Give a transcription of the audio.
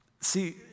See